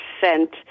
percent